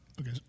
Okay